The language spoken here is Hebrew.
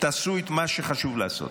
תעשו את מה שחשוב לעשות.